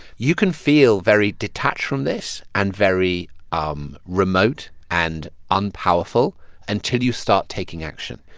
you can feel very detached from this and very um remote and unpowerful until you start taking action.